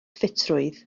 ffitrwydd